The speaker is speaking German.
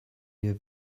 wir